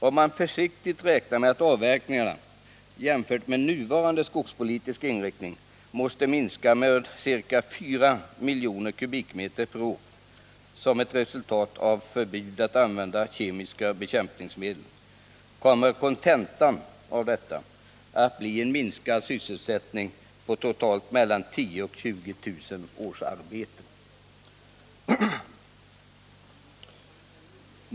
Om man försiktigt räknar med att avverkningarna jämfört med nuvarande skogspolitiska inriktning måste minska med ca 4 miljoner m? per år som ett resultat av förbud mot att använda kemiska bekämpningsmedel, kommer kontentan av detta att bli en minskad sysselsättning på totalt mellan 10 000 och 20 000 årsarbeten.